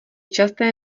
časté